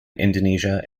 indonesia